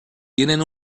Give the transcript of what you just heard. tienen